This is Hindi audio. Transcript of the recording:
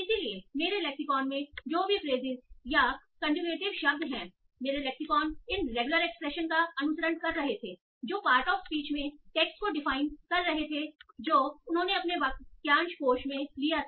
इसलिए मेरे लेक्सिकॉन में जो भी फ्रेसिस या कन्ज्यूगेटइव शब्द हैं मेरे लेक्सिकॉन इन रेगुलर एक्सप्रेशन का अनुसरण कर रहे थे जो पार्ट ऑफ स्पीच में टेक्स्ट को डिफाइन कर रहे थे जो उन्होंने अपने वाक्यांश कोश में लिया था